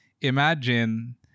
imagine